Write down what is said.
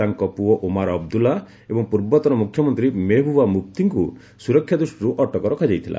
ତାଙ୍କ ପୁଅ ଓମାର ଅବଦୁଲ୍ଲା ଏବଂ ପୂର୍ବତନ ମୁଖ୍ୟମନ୍ତ୍ରୀ ମେହବୁବା ମୁଫତିଙ୍କୁ ସୁରକ୍ଷା ଦୃଷ୍ଟିରୁ ଅଟକ ରଖାଯାଇଥିଲା